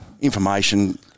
Information